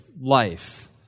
life